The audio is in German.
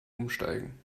umsteigen